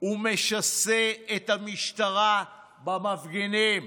ומשסה את המשטרה במפגינים,